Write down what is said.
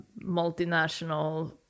multinational